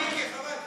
חברי הכנסת,